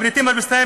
הפליטים הפלסטינים.